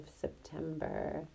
September